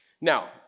Now